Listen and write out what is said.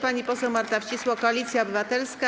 Pani poseł Marta Wcisło, Koalicja Obywatelska.